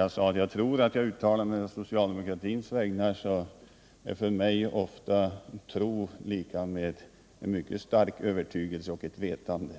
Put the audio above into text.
Jag sade att jag tror att jag uttalar mig på socialdemokratins vägnar. För mig är tro ofta lika med en mycket stark övertygelse och ett vetande.